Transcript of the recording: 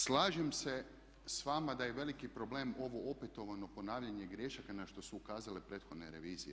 Slažem se s vama da je veliki problem ovo opetovano ponavljanje grešaka na što su ukazale prethodne revizije.